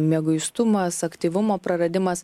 mieguistumas aktyvumo praradimas